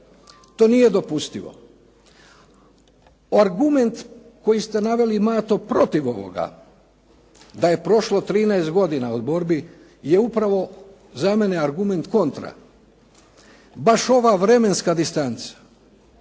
To nije dopustivo. Argument koji ste naveli Mato protiv ovoga, da je prošlo 13 godina od borbi je upravo za mene argument kontra. Baš ova vremenska distanca